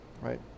right